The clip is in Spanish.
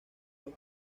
los